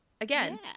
again